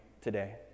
today